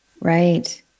Right